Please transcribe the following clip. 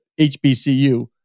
HBCU